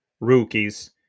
rookies